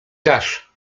dasz